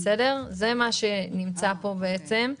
זה מה שנמצא פה בעצם,